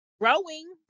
growing